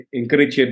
encourage